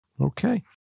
Okay